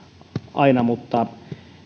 aina mutta